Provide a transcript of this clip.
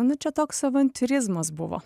nu čia toks avantiūrizmas buvo